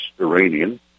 Iranian